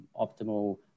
optimal